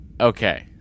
Okay